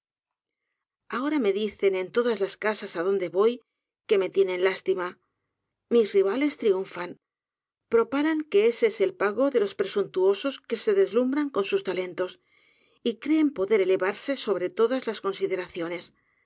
ahora me dicen en todas las casas adonde voy que me tienen lástima mis rivales triunfan propalan que ese es el pago de los presuntuosos que se deslumhran con sus talentos y creen poder elevarse sobre todas las consideraciones